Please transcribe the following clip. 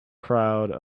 crowd